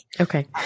Okay